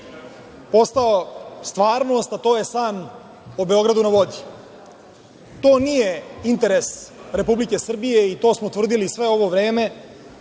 postao stvarnost, a to je san o „Beogradu na vodi“. To nije interes Republike Srbije, i to smo tvrdili sve ovo vreme.